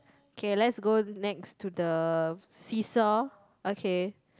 okay let's go next to the see-saw okay